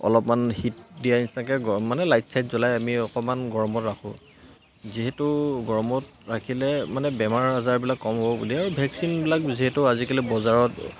অলপমান হিট দিয়া নিচিনাকৈ মানে লাইট চাইট জ্বলাই আমি অকণমান গৰমত ৰাখোঁ যিহেতু গৰমত ৰাখিলে মানে বেমাৰ আজাৰবিলাক কম হ'ব বুলি আৰু ভেকচিনবিলাক যিহেতু আজিকালি বজাৰত